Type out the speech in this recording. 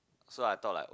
so I thought like